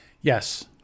Yes